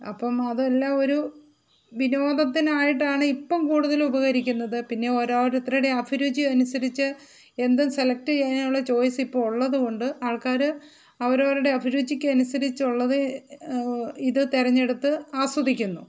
അപ്പം അതെല്ലാം ഒരു വിനോദത്തിന് ആയിട്ടാണ് ഇപ്പം കൂടുതൽ ഉപകരിക്കുന്നത് പിന്നെ ഓരോരുത്തരുടെയും അഭിരുചി അനുസരിച്ച് എന്തും സെലക്ട് ചെയ്യാനുള്ള ചോയ്സ് ഇപ്പോൾ ഉള്ളതുകൊണ്ട് ആൾക്കാർ അവരവരുടെ അഭിരുചിക്ക് അനുസരിച്ച് ഉള്ളതേ ഇത് തെരഞ്ഞെടുത്ത് ആസ്വദിക്കുന്നു